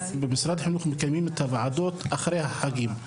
במשרד החינוך מקיימים את הוועדות אחרי החגים.